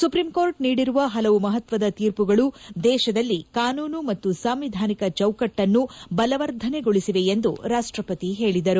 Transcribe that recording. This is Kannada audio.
ಸುಪ್ರೀಂ ಕೋರ್ಟ್ ನೀಡಿರುವ ಹಲವು ಮಹತ್ವದ ತೀರ್ಪುಗಳು ದೇಶದಲ್ಲಿ ಕಾನೂನು ಮತ್ತು ಸಾಂವಿಧಾನಿಕ ಚೌಕಟ್ಟನ್ನು ಬಲವರ್ಧನೆಗೊಳಿಸಿವೆ ಎಂದು ರಾಷ್ಟಪತಿ ತಿಳಿಸಿದರು